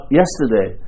yesterday